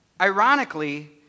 ironically